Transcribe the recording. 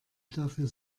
dafür